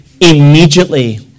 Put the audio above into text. immediately